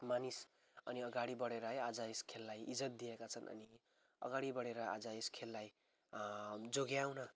मानिस अनि अगाडि बढेर है आज यस खेललाई इज्जत दिएका छन् अनि अगाडि बढेर आज यस खेललाई जोगाउन